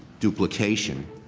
duplication,